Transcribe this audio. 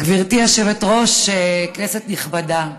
גברתי היושבת-ראש, כנסת נכבדה,